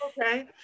okay